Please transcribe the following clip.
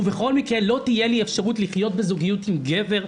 ובכל מקרה לא תהיה לי אפשרות לחיות בזוגיות עם גבר,